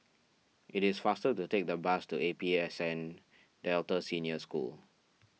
it is faster to take the bus to A P S N Delta Senior School